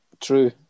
True